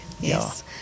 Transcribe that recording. yes